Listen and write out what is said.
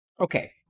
Okay